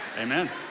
Amen